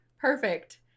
Perfect